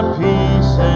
peace